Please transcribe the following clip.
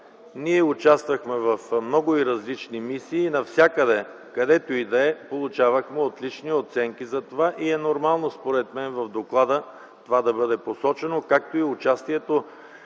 Ние участвахме в много и различни мисии и навсякъде получавахме отлични оценки. Затова е нормално, според мен, в доклада то да бъде посочено, както и участието